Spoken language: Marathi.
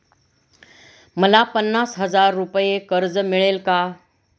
मला पन्नास हजार रुपये कर्ज मिळेल का?